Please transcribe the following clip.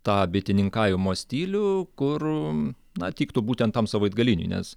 tą bitininkavimo stilių kur na tiktų būtent tam savaitgaliniui nes